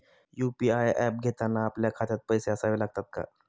UPI app घेताना आपल्या खात्यात पैसे असावे लागतात का?